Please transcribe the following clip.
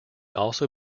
also